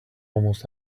almost